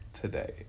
today